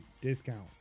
discount